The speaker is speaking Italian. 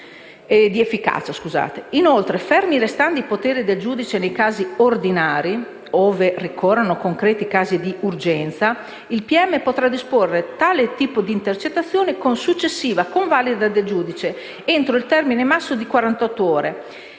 Inoltre, fermi restando i poteri del giudice nei casi ordinari, ove ricorrano concreti casi di urgenza, il pubblico ministero potrà disporre tale tipo di intercettazioni, con successiva convalida del giudice entro il termine massimo